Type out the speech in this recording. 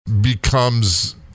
becomes